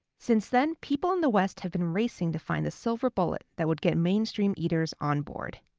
since then, people in the west have been racing to find the silver bullet that would get mainstream eaters on board.